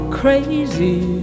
crazy